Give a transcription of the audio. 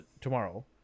tomorrow